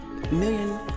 Million